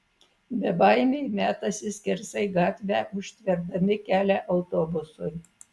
bebaimiai metasi skersai gatvę užtverdami kelią autobusui